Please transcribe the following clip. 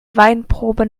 weinprobe